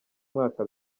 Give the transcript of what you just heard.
mwaka